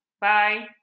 Bye